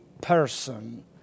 person